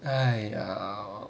!aiya!